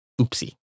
Oopsie